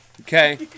Okay